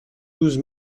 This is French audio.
douze